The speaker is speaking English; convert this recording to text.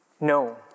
No